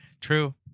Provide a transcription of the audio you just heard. true